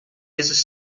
its